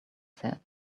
said